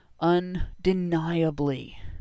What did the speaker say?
undeniably